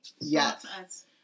Yes